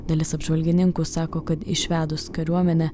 dalis apžvalgininkų sako kad išvedus kariuomenę